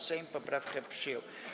Sejm poprawki przyjął.